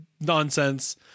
nonsense